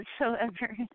whatsoever